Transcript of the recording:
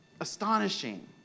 astonishing